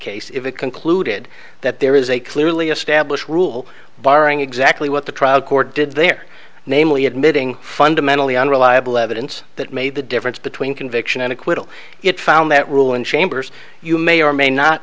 case if it concluded that there is a clearly established rule barring exactly what the trial court did there namely admitting fundamentally unreliable evidence that made the difference between conviction and acquittal it found that rule in chambers you may or may not